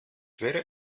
wäre